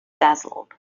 dazzled